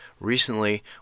Recently